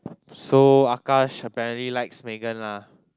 so Akash apparently like Megan lah